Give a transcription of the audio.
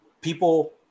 people